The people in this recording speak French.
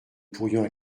pourrions